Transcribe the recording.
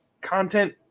content